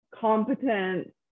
competent